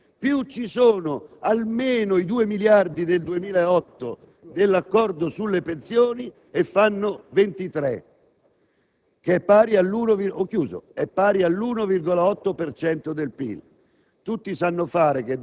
cento è l'obiettivo programmatico del Governo; in più ci sono i 21 miliardi elencati con dettaglio di maggiori spese non inserite e non coperte